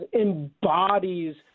embodies